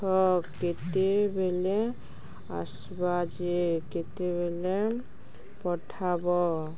କେତେ ବେଲେ ଆସ୍ବା ଯେ କେତେବେଲେ ପଠାବ